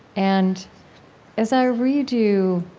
and as i read you,